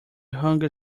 hunger